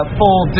full